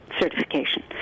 certification